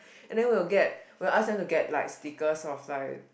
and then we will get we will ask them to get like stickers of like